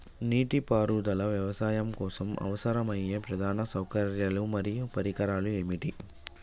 నీటిపారుదల వ్యవసాయం కోసం అవసరమయ్యే ప్రధాన సౌకర్యాలు మరియు పరికరాలు ఏమిటి?